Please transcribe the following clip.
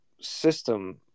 system